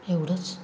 एवढंच